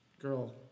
girl